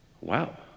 wow